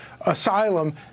asylum